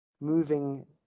moving